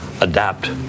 adapt